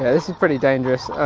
this is pretty dangerous